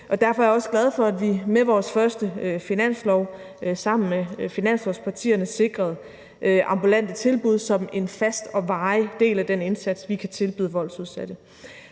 derfor er jeg også glad for, at vi med vores første finanslov sammen med finanslovspartierne sikrede ambulante tilbud som en fast og varig del af den indsats, vi kan tilbyde voldsudsatte.